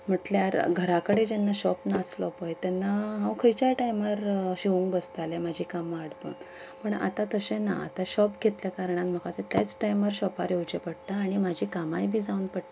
म्हटल्यार घरा कडेन जेन्ना शॉप नासलो पळय तेन्ना हांव खंयच्या टायमार शिंवूंक बसतालें म्हजी कामां आटपून आतां तशें ना आतां शॉप घेतलें कारणान म्हाका थंय त्याच टायमार शॉपार येवचें पडटा आनी म्हजी कामांय बीन जावन पडटा